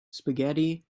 spaghetti